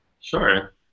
Sure